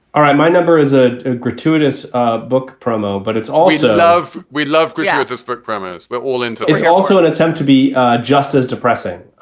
all right. my number is a ah gratuitous ah book promo, but it's always love we love this book premise we're all in it's also an attempt to be just as depressing